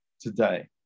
today